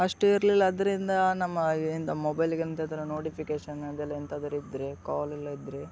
ಅಷ್ಟು ಇರಲಿಲ್ಲ ಅದರಿಂದ ನಮ್ಮ ಎಂತ ಮೊಬೈಲ್ಗೆಗೆಂತದರು ನೋಟಿಫಿಕೇಶನ್ ಅದೆಲ್ಲ ಎಂತಾದರು ಇದ್ದರೆ ಕಾಲ್ ಎಲ್ಲ ಇದ್ದರೆ